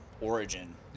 Origin